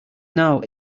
now